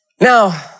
Now